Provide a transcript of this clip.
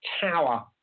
tower